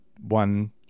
one